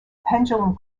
pendulum